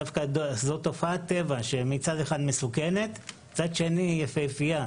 זו תופעת טבע מסוכנת אך גם יפיפייה.